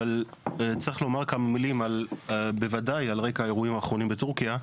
אבל צריך לומר כמה מילים בוודאי על רקע האירועים האחרונים בטורקיה,